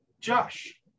Josh